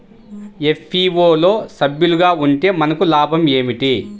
FPO లో సభ్యులుగా ఉంటే మనకు లాభం ఏమిటి?